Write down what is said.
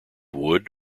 wood